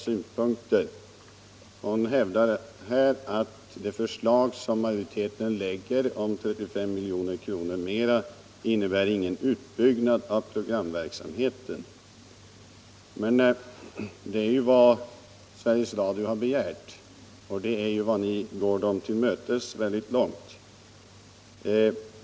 Fru Diesen hävdar att utskottsmajoritetens förslag på 35 milj.kr. mer inte innebär någon utbyggnad av programverksamheten. Det är ju vad Sveriges Radio har begärt, och där går ni företaget till mötes i stor utsträckning.